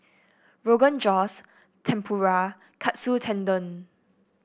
Rogan Josh Tempura and Katsu Tendon